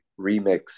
remix